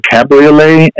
Cabriolet